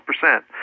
percent